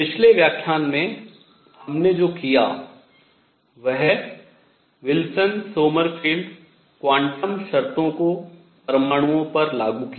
पिछले व्याख्यान में हमने जो किया वह विल्सन सोमरफेल्ड क्वांटम शर्तों को परमाणुओं पर लागू किया